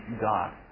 God